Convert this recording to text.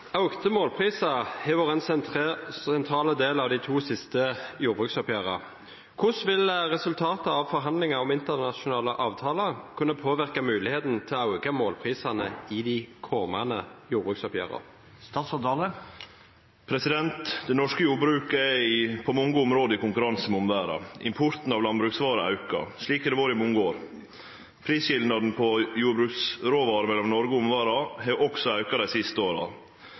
del av de to siste jordbruksoppgjør. Hvordan vil resultatet av forhandlinger om internasjonale avtaler kunne påvirke muligheten til å øke målprisene i kommende jordbruksoppgjør?» Det norske jordbruket er på mange måtar i konkurranse med omverda. Importen av landbruksvarer har auka. Slik har det vore i mange år. Prisskilnaden på råvarer i jordbruket mellom Noreg og omverda har også auka dei siste åra,